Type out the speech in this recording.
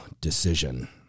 decision